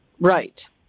Right